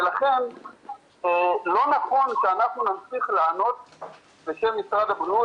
לכן לא נכון שאנחנו נמשיך לענות בשם משרד הבריאות,